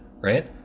right